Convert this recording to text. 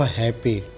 happy